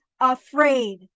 afraid